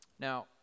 Now